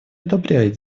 одобряет